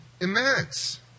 immense